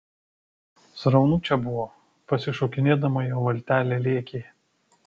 sraunu čia buvo pasišokinėdama jo valtelė lėkė